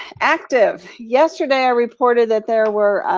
active, yesterday i reported that there were